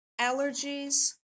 allergies